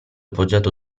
poggiato